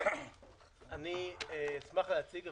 אני אשמח להציג,